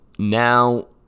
Now